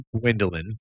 Gwendolyn